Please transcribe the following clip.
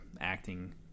acting